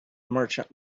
merchant